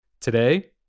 Today